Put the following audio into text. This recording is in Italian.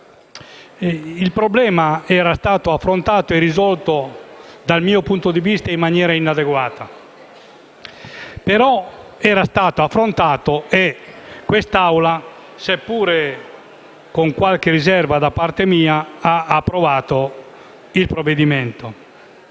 Il problema era stato risolto dal mio punto di vista in maniera inadeguata. Era stato tuttavia affrontato e quest'Assemblea, seppure con qualche riserva da parte mia, aveva approvato il provvedimento.